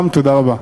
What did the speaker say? תודה רבה.